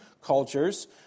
cultures